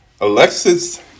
Alexis